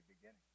beginning